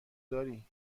درای